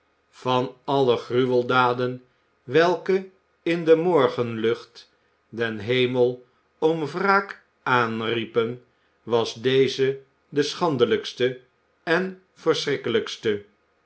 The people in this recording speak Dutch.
van alle gruweldaden welke in de morgenlucht den hemel om wraak aanriepen was deze de schandelijkste en verschrikkelijkste